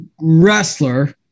wrestler